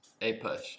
A-Push